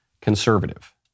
conservative